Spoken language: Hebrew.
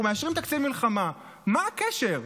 אנחנו מאשרים תקציב מלחמה, מה הקשר?